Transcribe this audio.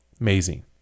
amazing